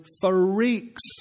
freaks